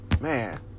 man